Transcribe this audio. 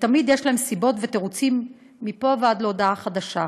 ותמיד יש להם סיבות ותירוצים מפה ועד להודעה חדשה.